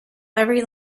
every